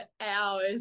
hours